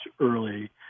early